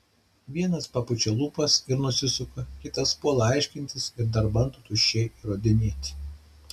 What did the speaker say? vienas papučia lūpas ir nusisuka kitas puola aiškintis ir dar bando tuščiai įrodinėti